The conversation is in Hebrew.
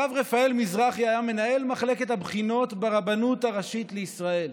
הרב רפאל מזרחי היה מנהל מחלקת הבחינות ברבנות הראשית לישראל.